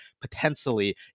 potentially